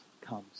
comes